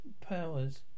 Powers